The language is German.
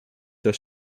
das